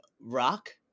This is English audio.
rock